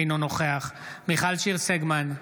אינו נוכח מיכל שיר סגמן,